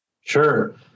Sure